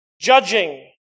judging